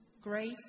Grace